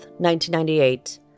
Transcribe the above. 1998